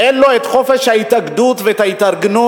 אין לו את חופש ההתאגדות וההתארגנות,